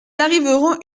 arriverons